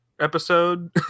episode